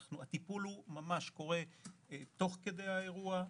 הטיפול ממש קורה תוך כדי האירוע,